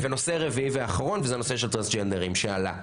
נושא רביעי ואחרון זה הנושא של טרנסג'נדרים שעלה,